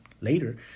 later